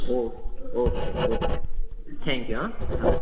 okay okay okay thank you હં હા